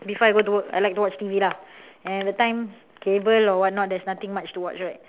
before I go to work I like to watch T_V lah and that time cable or what not there was nothing much to watch right